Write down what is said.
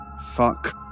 fuck